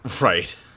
Right